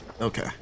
Okay